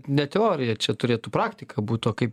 ne teorija čia turėtų praktika būt o kaip